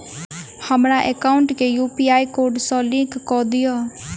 हमरा एकाउंट केँ UPI code सअ लिंक कऽ दिऽ?